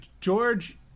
George